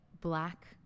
black